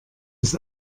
das